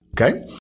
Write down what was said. Okay